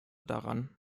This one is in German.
daran